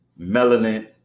melanin